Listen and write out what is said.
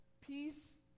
Peace